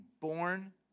born